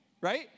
right